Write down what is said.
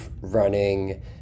running